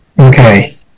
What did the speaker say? Okay